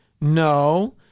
No